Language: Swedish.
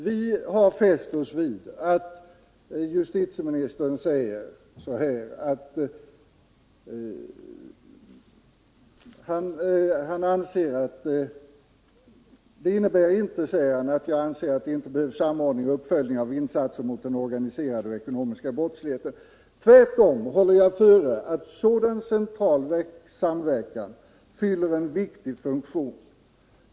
Vi har fäst oss vid att justitieministern skrivit följande: ”Detta innebär inte att jag anser att det ej behövs samordning och uppföljning av insatserna mot den organiserade och den ekonomiska brottsligheten. Tvärtom håller jag före att en sådan central samverkan fyller en viktig funktion.